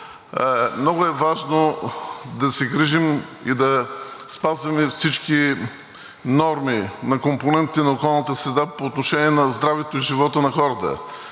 много е важно да се грижим и да спазваме всички норми на компонентите на околната среда по отношение на здравето и живота на хората.